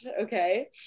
Okay